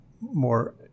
more